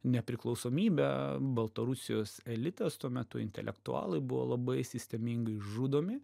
nepriklausomybę baltarusijos elitas tuo metu intelektualai buvo labai sistemingai žudomi